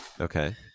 Okay